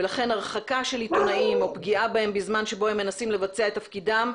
ולכן הרחקה של עיתונאים או פגיעה בהם בזמן שבו הם מנסים לבצע את תפקידם,